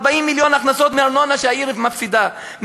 40 מיליון הכנסות מארנונה שהעיר מפסידה,